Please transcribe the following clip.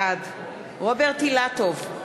בעד רוברט אילטוב,